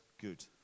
good